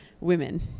women